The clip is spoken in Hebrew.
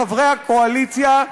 חברי הקואליציה,